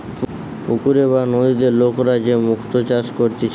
পুকুরে বা নদীতে লোকরা যে মুক্তা চাষ করতিছে